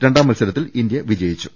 രണ്ടാം മത്സരത്തിൽ ഇന്ത്യ ജയിച്ചു